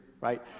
right